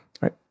right